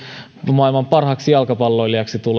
maailman parhaaksi jalkapalloilijaksi